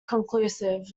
conclusive